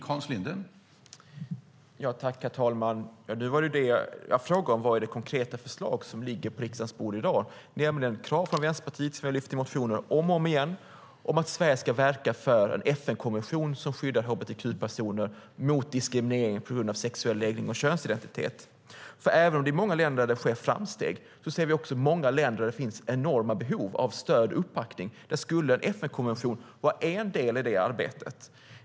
Herr talman! Jag frågade om det konkreta förslag som ligger på riskdagens bord i dag, nämligen krav från Vänsterpartiet som vi ställt i motioner om och om igen på att Sverige ska verka för en FN-konvention som skyddar hbtq-personer mot diskriminering på grund av sexuell läggning och könsidentitet. Även om det i många länder sker framsteg ser vi många länder där det finns enorma behov av stöd och uppbackning. En FN-konvention skulle vara en del i det arbetet.